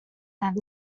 then